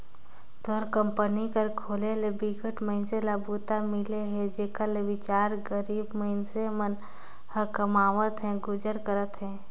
तोर कंपनी कर खोले ले बिकट मइनसे ल बूता मिले हे जेखर ले बिचार गरीब मइनसे मन ह कमावत होय गुजर करत अहे